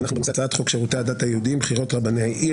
אנחנו בהצעת חוק שירותי הדת היהודיים (בחירות רבני עיר,